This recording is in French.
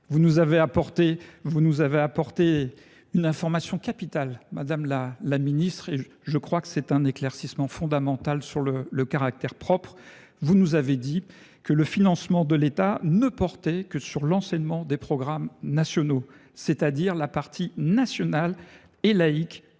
Vous nous avez donné une information capitale, madame la ministre, et je pense que c’est un éclaircissement fondamental, sur le « caractère propre » des établissements privés. Vous nous avez dit que le financement de l’État ne portait que sur l’enseignement des programmes nationaux, c’est à dire la partie nationale et laïque